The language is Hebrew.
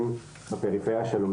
לחמו